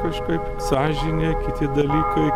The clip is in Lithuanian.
kažkaip sąžinė kiti dalykai